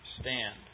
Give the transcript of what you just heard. stand